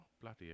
bloody